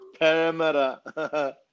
parameter